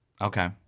Okay